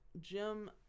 Jim